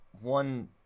one